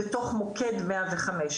בתוך מוקד 105,